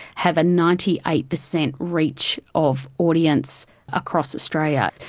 have a ninety eight percent reach of audience across australia.